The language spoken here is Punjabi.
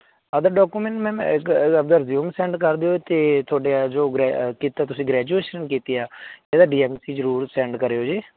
ਅਦਰ ਡਾਕੂਮੈਂਟ ਮੈਮ ਇੱਕ ਆਪਦਾ ਰਜਿਊਮ ਸੈਂਡ ਕਰ ਦਿਓ ਅਤੇ ਤੁਹਾਡੇ ਜੋ ਗ੍ਰੈ ਕੀਤਾ ਤੁਸੀਂ ਗ੍ਰੈਜੂਏਸ਼ਨ ਕੀਤੀ ਆ ਇਹਦਾ ਡੀਐਮਸੀ ਜ਼ਰੂਰ ਸੈਂਡ ਕਰਿਓ ਜੇ